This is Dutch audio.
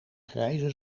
grijze